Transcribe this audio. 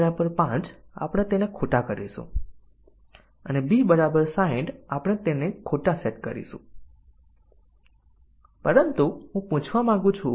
બીજા ટેસ્ટીંગ ના કિસ્સામાં બે ટેસ્ટીંગ ના કેસો સાથેની બીજી અભિવ્યક્તિ પણ મૂલ્યોને સાચી અને ખોટી લઈ રહી છે